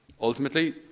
Ultimately